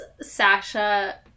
Sasha